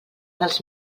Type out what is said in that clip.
dels